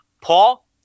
Paul